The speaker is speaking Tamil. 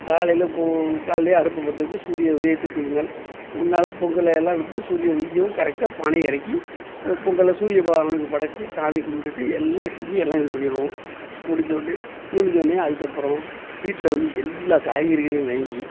காலையில் போ காலைலே அடுப்பை பத்த வச்சு சூரிய உதயத்திற்கு முன்னால் முன்னால் பொங்கலை எல்லாம் விட்டு சூரியன் உதிக்கவும் கரெக்டாக பானையை இறக்கி பொங்கலை சூரிய பகவானுக்கு படைச்சு சாமி கும்பிட்டுட்டு எல்லாம் செஞ்சு எல்லாம் இது பண்ணிருவோம் முடிஞ்சோன்னே முடிஞ்சோன்னே அதுக்கப்புறம் வீட்டில் வந்து எல்லா காய்கறிகளையும் வாங்கி